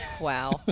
Wow